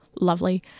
lovely